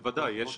בוודאי.